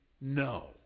no